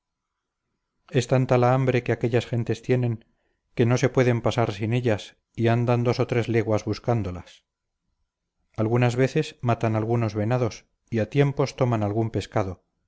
es tanta la hambre que aquellas gentes tienen que no se pueden pasar sin ellas y andan dos o tres leguas buscándolas algunas veces matan algunos venados y a tiempos toman algún pescado